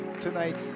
Tonight